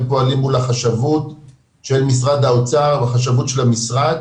הם פועלים מול החשבות של משרד האוצר והחשבות של המשרד,